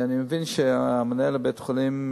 אני מבין שמנהל בית-החולים,